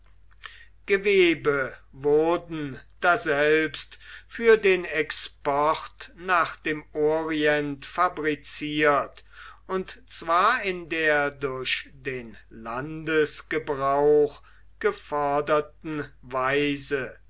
gewebe wurden daselbst für den export nach dem orient fabriziert und zwar in der durch den landesgebrauch geforderten weise